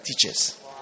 teachers